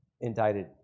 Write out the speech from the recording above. indicted